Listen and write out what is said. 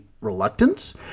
reluctance